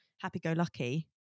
Happy-go-lucky